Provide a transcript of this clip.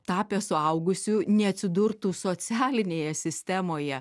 tapęs suaugusiu neatsidurtų socialinėje sistemoje